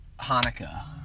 Hanukkah